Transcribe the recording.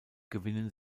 gewinnen